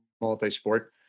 multi-sport